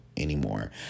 anymore